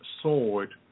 sword